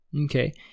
okay